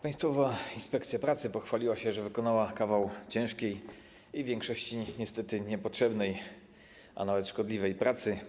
Państwowa Inspekcja Pracy pochwaliła się, że wykonała kawał ciężkiej i w większości niestety niepotrzebnej, a nawet szkodliwej pracy.